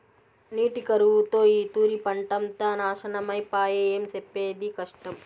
నీటి కరువుతో ఈ తూరి పంటంతా నాశనమై పాయె, ఏం సెప్పేది కష్టం